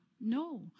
No